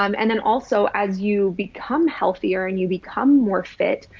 um and then also as you become healthier and you become more fit,